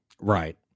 Right